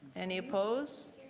any opposed?